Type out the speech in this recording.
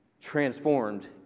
transformed